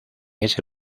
ese